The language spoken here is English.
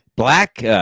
Black